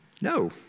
No